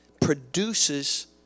produces